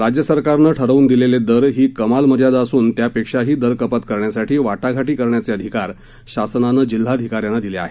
राज्य सरकारनं ठरवून दिलेले दर ही कमाल मर्यादा असून त्यापेक्षाही दरकपात करण्यासाठी वाटाघाटी करण्याचे अधिकार शासनानं जिल्हाधिकाऱ्यांना दिले आहेत